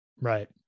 Right